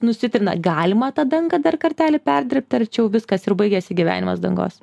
nusitrina galima tą dangą dar kartelį perdirbt ar čia jau viskas ir baigiasi gyvenimas dangos